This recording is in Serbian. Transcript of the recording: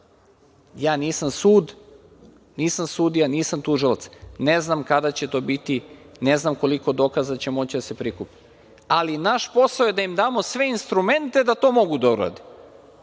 nisam sud, nisam sudija, nisam tužilac. Ne znam kada će to biti, ne znam koliko dokaza će moći da se prikupi, ali naš posao je da im damo sve instrumente da to mogu da